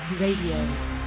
Radio